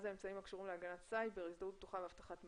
כן אמצעים הקשורים להגנת סייבר ואבטחת מידע.